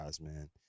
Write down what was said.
man